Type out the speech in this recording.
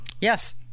Yes